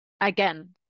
again